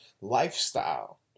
lifestyle